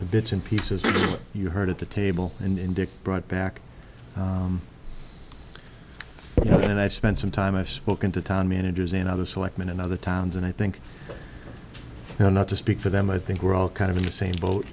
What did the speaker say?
bits and pieces you heard at the table and indic brought back and i've spent some time i've spoken to town managers in other selectman in other towns and i think you know not to speak for them i think we're all kind of in the same boat